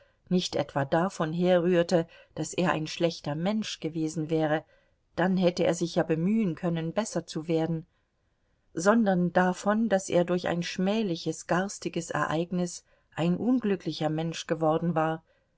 nicht etwa davon herrührte daß er ein schlechter mensch gewesen wäre dann hätte er sich ja bemühen können besser zu werden sondern davon daß er durch ein schmähliches garstiges ereignis ein unglücklicher mensch geworden war